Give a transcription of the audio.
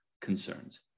concerns